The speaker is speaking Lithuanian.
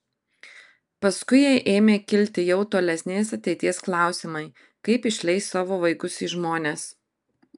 paskui jai ėmė kilti jau tolesnės ateities klausimai kaip išleis savo vaikus į žmones